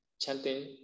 chanting